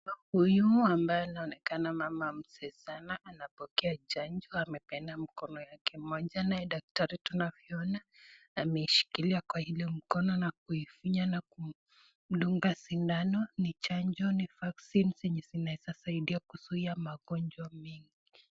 Huyu ambaye anaoekana mama mzee sana anapokea chanjo amepeana mkono yake moja naye daktari tunavyoona ameshikilia kwa ile mkono na kuifinya na kumdunga sindano ni chanjo ni(cs) vaccine(cs)zenye zinaezasaidia kuzuia magonjwa mengi.